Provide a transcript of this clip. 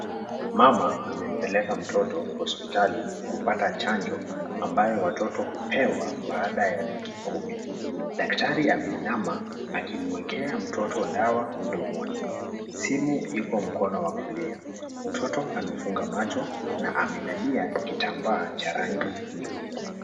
Mama amempeleka mtoto hospitali kupata chanjo ambayo watoto hupewa baada ya wiki Kumi. Daktari ameinama akimwekea mtoto dawa mdomoni. Simu iko mkono wa kulia. Mtoto amefunga macho na amelalia kitambaa cha rangi nyeupe.